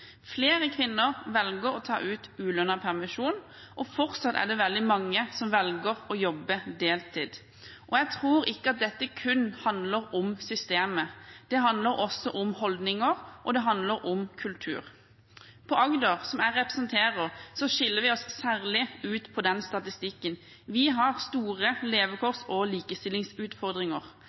Flere kvinner velger å ta ut ulønnet permisjon, og det er fortsatt veldig mange som velger å jobbe deltid. Jeg tror ikke dette kun handler om systemet. Det handler også om holdninger, og det handler om kultur. I Agder, som jeg representerer, skiller vi oss særlig ut på den statistikken. Vi har store levekårs- og likestillingsutfordringer.